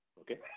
okay